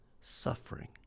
suffering